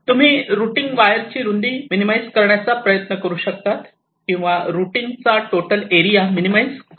तुम्ही रुटींग वायरची रुंदी मिनिमाईज करण्याचा प्रयत्न करू शकतात किंवा रुटींग चा टोटल एरिया मिनिमाईज करून हवा असेल